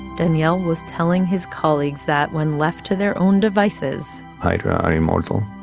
daniel was telling his colleagues that, when left to their own devices. hydra are immortal